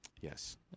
Yes